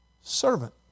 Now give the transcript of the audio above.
servant